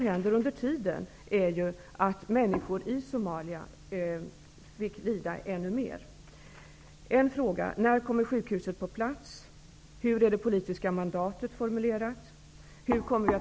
Under tiden fick människorna i Somalia lida ännu mera.